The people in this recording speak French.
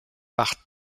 par